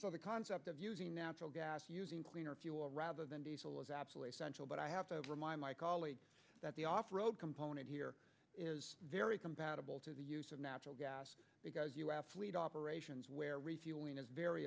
the concept of using natural gas using cleaner fuel rather than diesel is absolutely essential but i have to remind my colleague that the off road component here is very compatible to the use of natural gas because you athlete operations where